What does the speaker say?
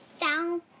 found